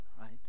right